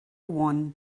one